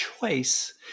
choice